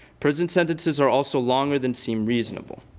prison sentences are also longer than seem reasonable.